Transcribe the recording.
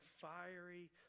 fiery